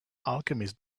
alchemists